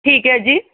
ਠੀਕ ਹੈ ਜੀ